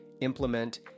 implement